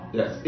Yes